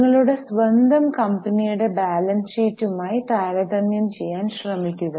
നിങ്ങളുടെ സ്വന്തം കമ്പനിയുടെ ബാലൻസ് ഷീറ്റുമായി താരതമ്യം ചെയ്യാൻ ശ്രമിക്കുക